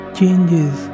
changes